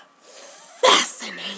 fascinating